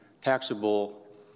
taxable